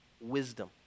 wisdom